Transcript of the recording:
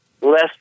less